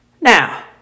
Now